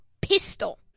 pistol